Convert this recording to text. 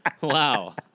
Wow